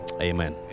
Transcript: Amen